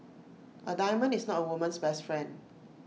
A diamond is not A woman's best friend